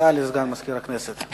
הודעה לסגן מזכיר הכנסת.